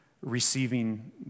receiving